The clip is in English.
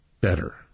better